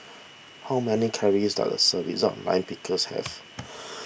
how many calories does a serving Lime Pickles have